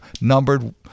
numbered